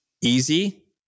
Easy